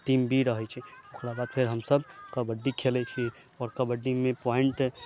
team B रहै छै ओकराबाद फेर हमसब कबड्डी खेलै छी आओर कबड्डी मे पॉइंट